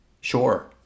Sure